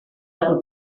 del